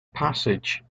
passage